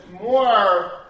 more